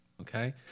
okay